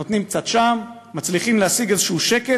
נותנים קצת שם, מצליחים להשיג איזשהו שקט,